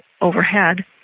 overhead